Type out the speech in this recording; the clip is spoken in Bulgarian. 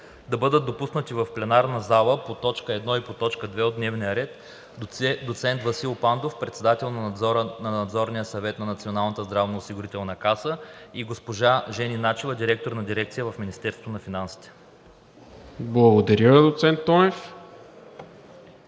да бъдат допуснати в пленарната зала по т. 1 и т. 2 от дневния ред доцент Васил Пандов – председател на Надзорния съвет на Националната здравноосигурителна каса, и госпожа Жени Начева – директор на дирекция в Министерството на финансите. ПРЕДСЕДАТЕЛ